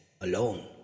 alone